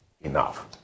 enough